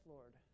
Lord